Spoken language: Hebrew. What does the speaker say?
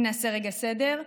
אם נעשה רגע סדר,